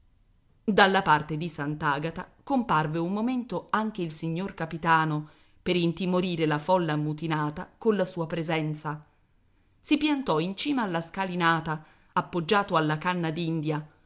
dalla parte di sant'agata comparve un momento anche il signor capitano per intimorire la folla ammutinata colla sua presenza si piantò in cima alla scalinata appoggiato alla canna